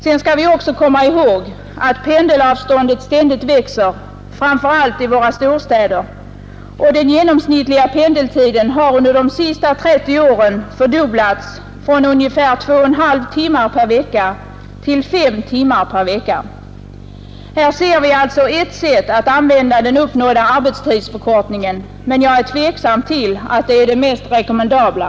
Sedan skall vi också komma ihåg, att pendelav 59 ståndet ständigt växer, framför allt i våra storstäder, och den genomsnittliga pendeltiden har under de senaste 30 åren fördubblats från ungefär 2,5 timmar per vecka till 5 timmar per vecka. Här ser vi alltså ett sätt att använda den uppnådda arbetstidsförkortningen, men jag är tveksam om det är det mest rekommendabla.